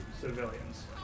civilians